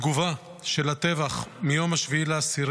התגובה של הטבח מיום 7 באוקטובר